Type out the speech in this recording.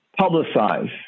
publicize